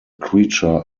creature